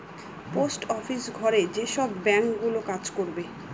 post office ঘরে যেসব bank গুলো কাজ করবে